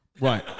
Right